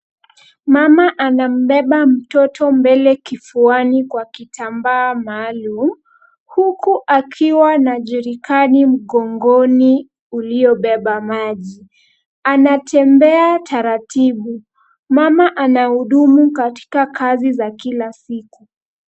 Mama anambeba mtoto mbele kifuani kwa kitambaa maalum, huku akiwa na jerrikani mgongoni uliobeba maji. Anatembea taratibu. Mama anahudumu katika kazi za kila siku.